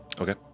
Okay